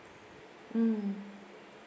mm